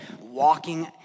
walking